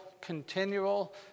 continual